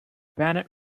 bennett